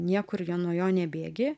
niekur jo nuo jo nebėgi